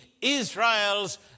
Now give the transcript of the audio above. Israel's